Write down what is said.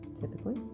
typically